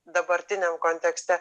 dabartiniam kontekste